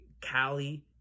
Cali